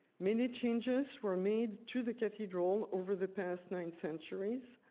many changes were made to the cathedral over the past nine centuries.